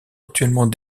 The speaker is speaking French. actuellement